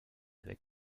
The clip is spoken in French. avec